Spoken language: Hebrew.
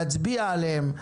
להצביע עליהן,